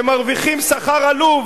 שמרוויחים שכר עלוב,